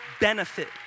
benefit